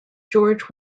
george